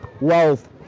wealth